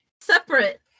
separate